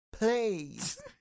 Please